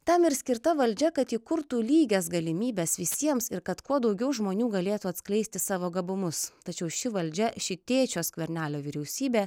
tam ir skirta valdžia kad ji kurtų lygias galimybes visiems ir kad kuo daugiau žmonių galėtų atskleisti savo gabumus tačiau ši valdžia ši tėčio skvernelio vyriausybė